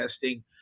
testing